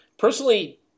Personally